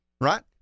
right